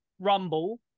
Rumble